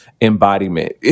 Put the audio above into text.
embodiment